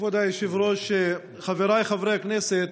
כבוד היושב-ראש, חבריי חברי הכנסת.